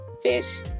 fish